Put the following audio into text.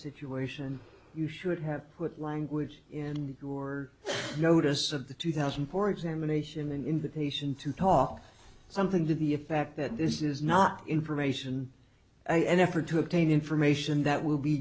situation you should have put language in your notice of the two thousand poor examination in the nation to talk something to the effect that this is not information and effort to obtain information that will be